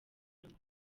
nyuma